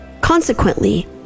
Consequently